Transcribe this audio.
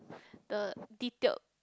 the detailed